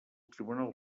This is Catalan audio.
tribunal